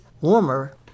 warmer